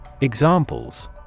Examples